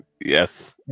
Yes